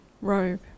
robe